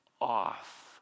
off